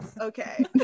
Okay